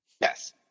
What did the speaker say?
yes